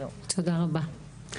תודה רבה.